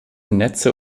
netze